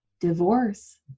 divorce